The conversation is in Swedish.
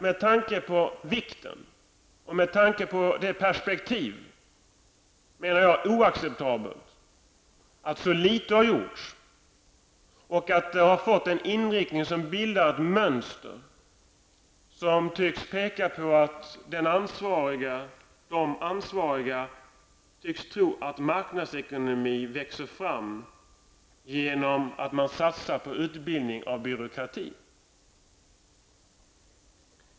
Med tanke på vikten och perspektivet, är det oacceptabelt att så litet har gjorts och att det som har gjorts har fått en inriktning som bildar ett mönster som tycks peka på att de ansvariga tycks tro att marknadsekonomi växer fram genom att satsa på utbildning i byråkrati.